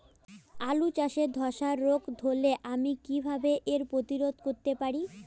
আলু চাষে ধসা রোগ ধরলে আমি কীভাবে এর প্রতিরোধ করতে পারি?